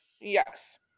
Yes